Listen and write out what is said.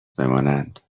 بمانند